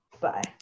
Bye